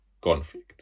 conflict